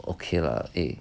okay lah eh